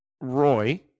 Roy